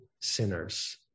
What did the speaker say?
sinners